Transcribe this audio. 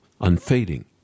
unfading